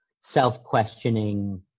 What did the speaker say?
self-questioning